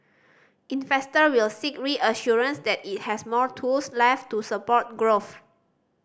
investor will seek reassurances that it has more tools left to support growth